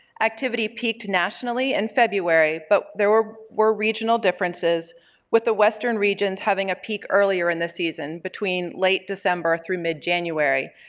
activity peaked nationally in and february, but there were were regional differences with the western regions having a peak earlier in the season between late december through mid-january,